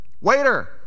Waiter